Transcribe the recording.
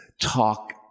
talk